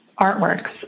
artworks